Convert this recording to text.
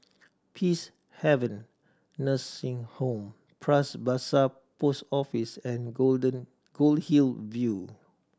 Peacehaven Nursing Home Pras Basah Post Office and Golden Goldhill View